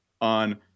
on